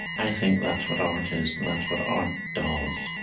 i think that's what art is, and that's what art does.